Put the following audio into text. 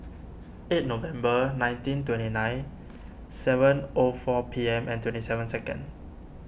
eight November nineteen twenty nine seven O four P M and twenty seven second